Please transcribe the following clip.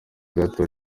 gato